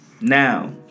Now